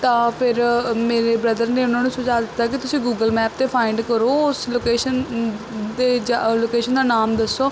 ਤਾਂ ਫਿਰ ਮੇਰੇ ਬ੍ਰਦਰ ਨੇ ਉਹਨਾਂ ਨੂੰ ਸੁਝਾਅ ਦਿੱਤਾ ਕਿ ਤੁਸੀਂ ਗੂਗਲ ਮੈਪ 'ਤੇ ਫਾਇੰਡ ਕਰੋ ਉਸ ਲੋਕੇਸ਼ਨ ਦੇ ਜਾ ਲੋਕੇਸ਼ਨ ਦਾ ਨਾਮ ਦੱਸੋ